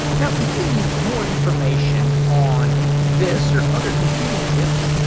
now, if you need more information on this or other computing tips,